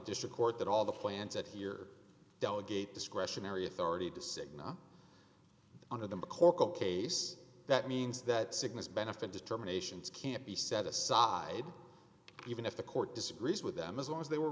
district court that all the plants out here delegate discretionary authority to cigna under the mccorkle case that means that sickness benefit determinations can't be set aside even if the court disagrees with them as long as they were